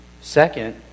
second